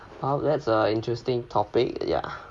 !ouch! that's a interesting topic ya